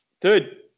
dude